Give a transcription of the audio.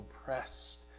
oppressed